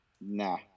nah